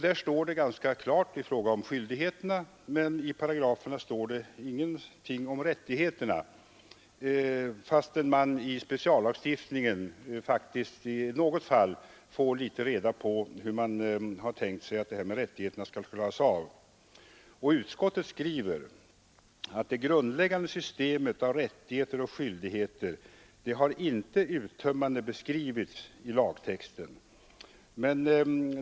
Det står ganska klart uttryckt i fråga om skyldigheterna men ingenting i paragraferna om rättigheterna. Men i speciallagstiftningen får man faktiskt i något fall reda på hur det är tänkt med rättigheterna. Utskottet säger att det grundläggande systemet för rättigheter och skyldigheter inte uttömmande har beskrivits i lagtexten.